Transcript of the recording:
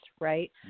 right